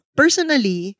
personally